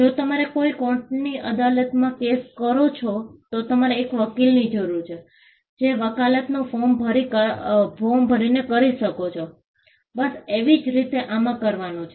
જો તમારે કોઈ કોર્ટની અદાલતમાં કેસ કરો છો તો તમારે એક વકીલની જરૂર છે જે વકાલતનું ફોર્મ ભરીને કરી શકો છો બસ એવી જ રીતે આમાં કરવાનું છે